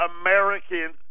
Americans